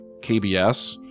KBS